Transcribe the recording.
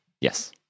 Yes